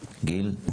גיל.